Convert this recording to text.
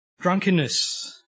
drunkenness